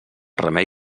remei